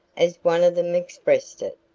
as one of them expressed it.